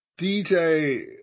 DJ